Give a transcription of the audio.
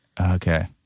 Okay